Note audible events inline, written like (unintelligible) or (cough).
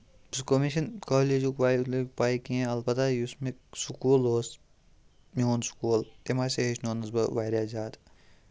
سُہ گوٚو مےٚ چھَنہٕ کالیجُک (unintelligible) پَے لوٚگ پَے کیٚنٛہہ البتہ یُس مےٚ سکوٗل اوس میون سکوٗل تٔمۍ ہاسے ہیٚچھنونَس بہٕ واریاہ زیادٕ